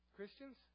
Christians